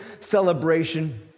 celebration